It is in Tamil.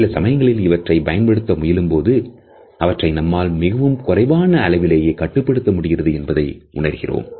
சில சமயங்களில் இவற்றை பயன்படுத்த முயலும்போது அவற்றை நம்மால் மிகவும் குறைவான அளவிலேயே கட்டுப்படுத்த முடிகிறது என்பதை உணர்கிறோம்